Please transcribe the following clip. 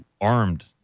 armed